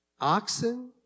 oxen